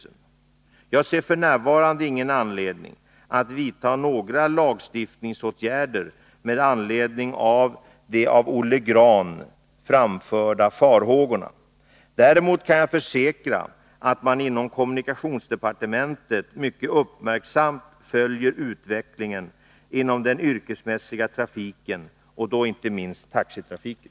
30 maj 1983 Jag ser f.n. ingen anledning att vidta några lagstiftningsåtgärder med anledning av de av Olle Grahn framförda farhågorna. Däremot kan jag Om ombyggnaden försäkra att man inom kommunikationsdepartementet mycket uppmärksamt = av riksväg 33 melföljer utvecklingen inom den yrkesmässiga trafiken och då inte minst lan Mariannelund taxitrafiken.